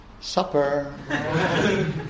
supper